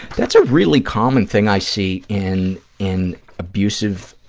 that's a really common thing i see in in abusive